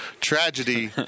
Tragedy